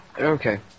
okay